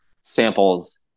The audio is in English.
samples